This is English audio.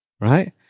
right